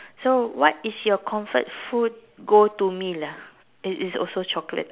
so what is your comfort food go to meal ah it's it's also chocolate